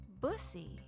Bussy